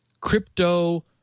crypto